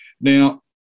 Now